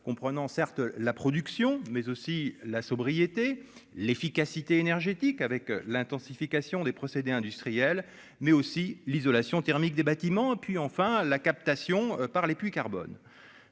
comprenant certes la production mais aussi la sobriété, l'efficacité énergétique avec l'intensification des procédés industriels, mais aussi l'isolation thermique des bâtiments et puis enfin la captation par les pluies carbone